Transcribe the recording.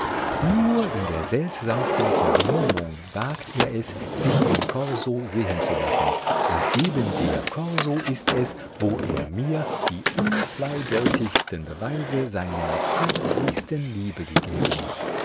nur in der seltsamsten vermummung wagt er es sich im korso sehen zu lassen und eben der korso ist es wo er mir die unzweideutigsten beweise seiner zärtlichsten liebe gegeben